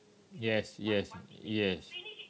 yes yes yes